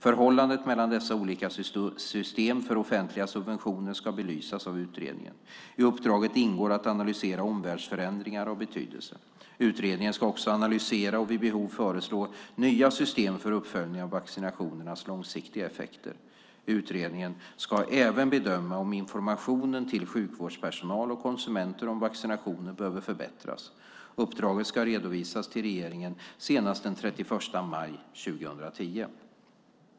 Förhållandet mellan dessa olika system för offentliga subventioner ska belysas av utredningen. I uppdraget ingår att analysera omvärldsförändringar av betydelse. Utredningen ska också analysera och vid behov föreslå nya system för uppföljning av vaccinationernas långsiktiga effekter. Utredningen ska även bedöma om informationen till sjukvårdspersonal och konsumenter om vaccinationer behöver förbättras. Uppdraget ska redovisas till regeringen senast den 31 maj 2010.